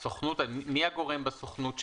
מי הגורם בסוכנות שידווח?